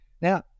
now